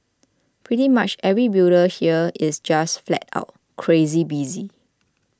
pretty much every builder here is just flat out crazy busy